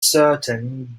certain